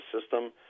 system